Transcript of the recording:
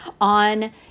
on